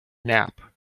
nap